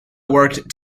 worked